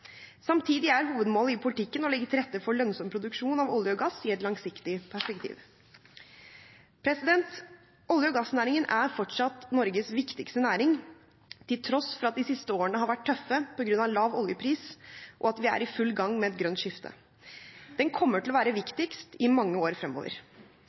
Samtidig er hovedmålet i politikken å legge til rette for lønnsom produksjon av olje og gass i et langsiktig perspektiv. Olje- og gassnæringen er fortsatt Norges viktigste næring, til tross for at de siste årene har vært tøffe på grunn av lav oljepris, og at vi er i full gang med et grønt skifte. Den kommer til å være